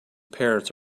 parents